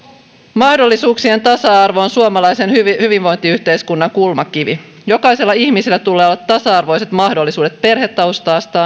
mahdollisuuksien tasa arvo on suomalaisen hyvinvointiyhteiskunnan kulmakivi jokaisella ihmisellä tulee olla tasa arvoiset mahdollisuudet perhetaustasta